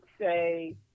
say